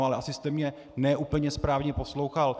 Ale asi jste mě ne úplně správně poslouchal.